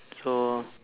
so